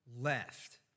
left